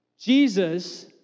Jesus